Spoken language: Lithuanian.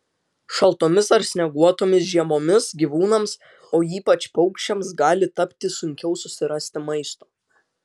šaltomis ar snieguotomis žiemomis gyvūnams o ypač paukščiams gali tapti sunkiau susirasti maisto